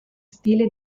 stile